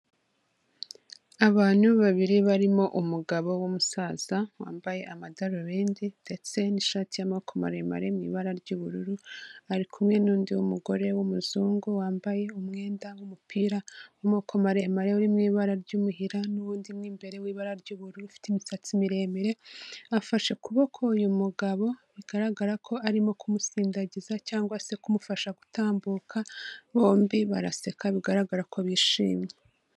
Abantu babiri barimo umugabo w'umusaza, wambaye amadarubindi ndetse n'ishati y'amaboko maremare mu ibara ry'ubururu, ari kumwe n'undi w'umugore w'umuzungu, wambaye umwenda w'umupira w'amoko maremare uri mu ibara ry'umuhira, n'undi mo imbere w'ibara ry'ubururu, ufite imisatsi miremire; afashe ukuboko uyu mugabo, bigaragara ko arimo kumusindagiza cyangwa se kumufasha gutambuka, bombi baraseka bigaragara ko bishimye.